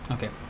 Okay